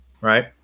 right